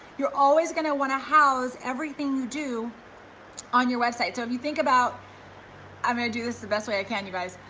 you're always gonna wanna house everything you do on your website. so if you think about i'm gonna do this the best way i can you guys.